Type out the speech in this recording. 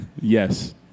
Yes